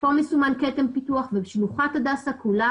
כאן מסומן כתם פיתוח ושלוחת הדסה כולה